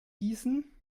gießen